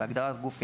בהגדרה "גוף פיננסי"